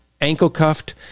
ankle-cuffed